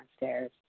downstairs